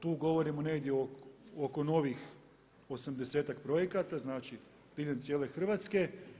Tu govorimo negdje oko novih, 80-ak projekata, znači diljem cijele Hrvatske.